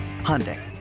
Hyundai